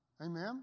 Amen